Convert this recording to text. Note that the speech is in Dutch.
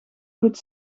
goed